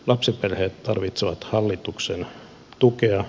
lapsiperheet tarvitsevat hallituksen tukea